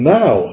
now